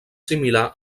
similar